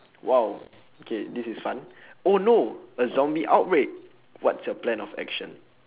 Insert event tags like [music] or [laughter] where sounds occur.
!wow! okay this is fun [breath] oh no a zombie outbreak what's your plan of action